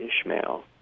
Ishmael